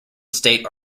state